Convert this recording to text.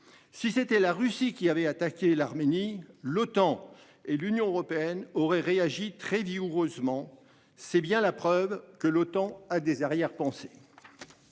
Si c'était la Russie qui avait attaqué l'Arménie, l'OTAN et l'Union européenne aurait réagi très vigoureusement. C'est bien la preuve que l'OTAN a des arrière-pensées.